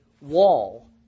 wall